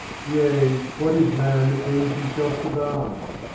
yea! what is man that deems himself divine?